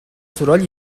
soroll